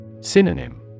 Synonym